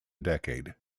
decade